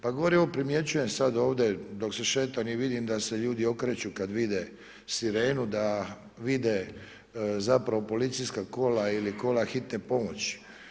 Pa govori on, primjećujem sad ovdje dok se šetam i vidim da se ljudi okreću kad vide sirenu, da vide zapravo policijska kola ili kola hitne pomoći.